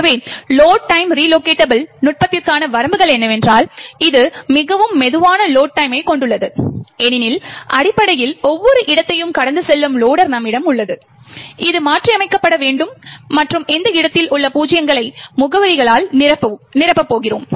எனவே load time relocatable நுட்பத்திற்கான வரம்புகள் என்னவென்றால் இது மிகவும் மெதுவான லோட் டைம்மைக் கொண்டுள்ளது ஏனெனில் அடிப்படையில் ஒவ்வொரு இடத்தையும் கடந்து செல்லும் லொடர் நம்மிடம் உள்ளது இது மாற்றியமைக்கப்பட வேண்டும் மற்றும் அந்த இடத்தில் உள்ள பூஜ்ஜியங்களை முகவரியால் நிரப்புகிறோம்